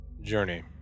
journey